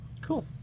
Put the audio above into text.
Cool